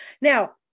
Now